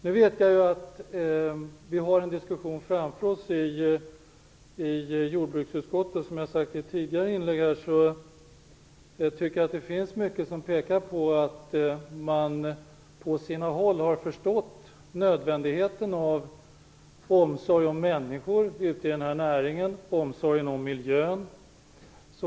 Jag vet att vi har en diskussion framför oss i jordbruksutskottet. Som jag har sagt i ett tidigare inlägg tycker jag att det finns mycket som pekar på att man på sina håll har förstått nödvändigheten av omsorg om människor i näringen och omsorgen om miljön.